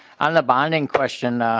and bonding question.